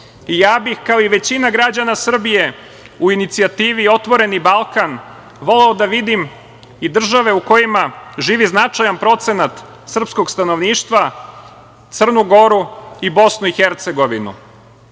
i ja bih, kao i većina građana Srbije, u Inicijativi „Otvoreni Balkan“ voleo da vidim i države u kojima živi značajan procenat srpskog stanovništva, Crnu Goru i BiH.„Otvoreni